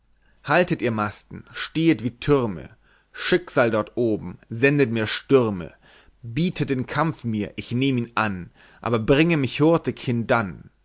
haltet ihr masten stehet wie thürme schicksal dort oben sende mir stürme biete den kampf mir ich nehm ihn an aber bringe mich hurtig hindann